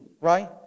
right